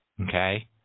okay